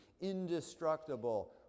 indestructible